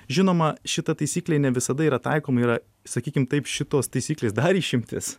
žinoma šita taisyklė ne visada yra taikoma yra sakykim taip šitos taisyklės dar išimtis